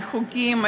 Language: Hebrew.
על חוקים,